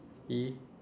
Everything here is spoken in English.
E